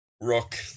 rock